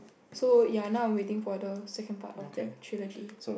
so ya now I'm waiting for the second part of that trilogy